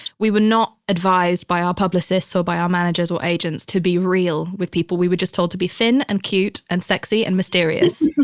we were not advised by our publicists or so by our managers or agents to be real with people. we were just told to be thin and cute and sexy and mysterious